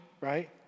right